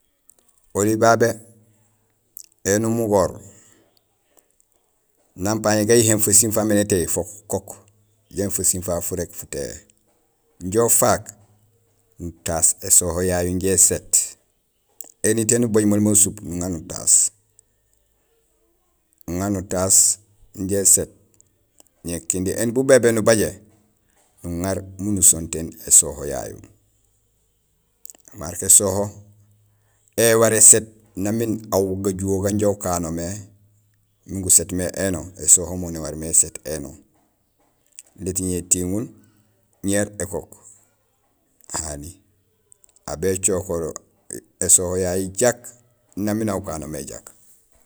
Oli babé éni umugoor; nang pañé gayihéén fasiim faamé nétééy fok ukook jambi fasiim fafu furég futéhé injo ufaak nutaas ésoho yayu injé éséét; éni té nubaaj maal masup nuŋa nutaas; uŋa nutaas injé éséét ñé kindi éni bubébéén nubajé nuŋaar miin usontéén ésoho yayu marok ésoho éwaar ését nang miin ajuho ganja ukano mé miin guséét mé éno, ésoho mo néwaar mé éséét éno. Lét ñé étiŋul ñéér ékook hani, aw bécokoor yoésoho yayu jak nang miin aw ukano mé jak.